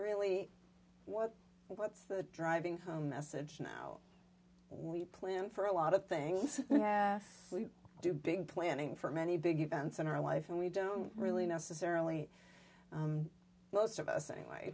really what what's the driving home message now we plan for a lot of things we do big planning for many big events in our life and we don't really necessarily most of us anyway